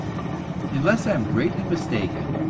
unless i am greatly mistaken,